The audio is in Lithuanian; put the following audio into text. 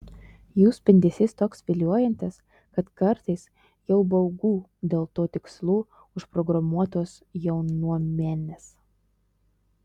jų spindesys toks viliojantis kad kartais jau baugu dėl tuo tikslu užprogramuotos jaunuomenės